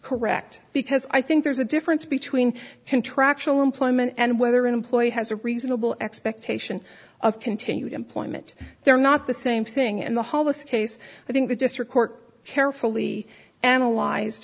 correct because i think there's a difference between contractual employment and whether an employee has a reasonable expectation of continued employment they're not the same thing in the whole this case i think the district court carefully analyze